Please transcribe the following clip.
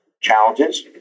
challenges